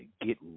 Get